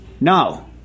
No